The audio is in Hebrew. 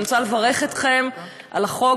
אני רוצה לברך אתכם על החוק,